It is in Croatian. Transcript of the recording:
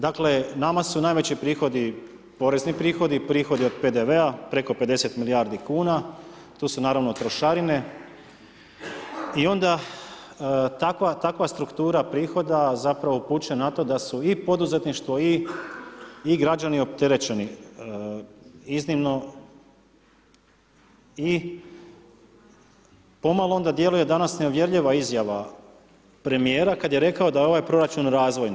Dakle, nama su najveći prihod, porezni prihodi prihodi od PDV-a preko 50 milijardi kn, tu su naravno trošarine i onda takva struktura prihoda, zapravo upućuje na to da su i poduzetništvo i građani opterećeni iznimno i pomalo onda djeluje danas neuvjerljiva izjava premjera, kada je rekao da je ovaj proračun razvojni.